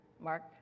Mark